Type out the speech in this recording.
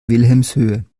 wilhelmshöhe